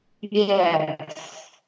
Yes